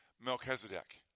Melchizedek